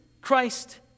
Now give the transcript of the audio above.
Christ